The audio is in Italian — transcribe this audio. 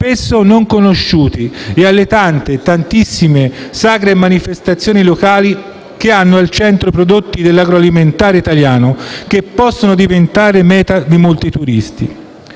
spesso non conosciuti, e alle tante, tantissime sagre e manifestazioni locali, che hanno al centro i prodotti dell'agroalimentare italiano, che possono diventare meta di molti turisti.